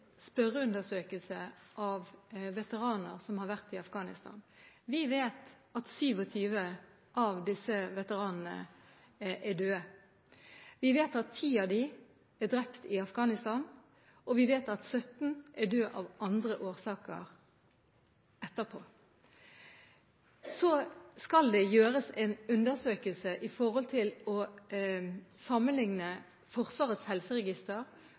spørreundersøkelse av veteraner som har vært i Afghanistan. Vi vet at 27 av disse veteranene er døde. Vi vet at ti av dem er drept i Afghanistan, og vi vet at 17 senere er døde av andre årsaker. Det skal gjøres en undersøkelse for å sammenligne Forsvarets helseregister